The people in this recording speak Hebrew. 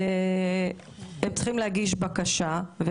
צריכים להגיש בקשה.